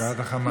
בעד החמאס.